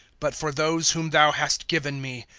but for those whom thou hast given me.